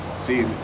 See